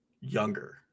Younger